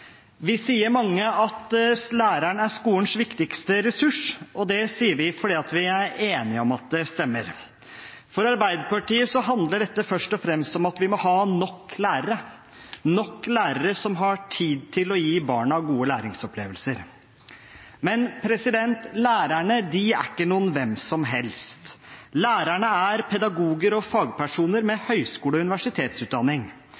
oss sier at læreren er skolens viktigste ressurs, og det sier vi fordi vi er enige om at det stemmer. For Arbeiderpartiet handler dette først og fremst om at vi må ha nok lærere, nok lærere som har tid til å gi barna gode læringsopplevelser. Men lærerne er ikke noen hvem som helst; lærerne er pedagoger og fagpersoner med høyskole- og universitetsutdanning.